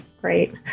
Great